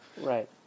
Right